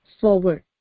forward